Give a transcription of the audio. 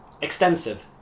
extensive